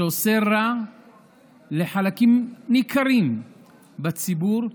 שעושה רע לחלקים ניכרים בציבור,